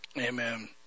Amen